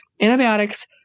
antibiotics